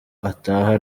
ataha